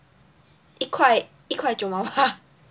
一块一块九毛八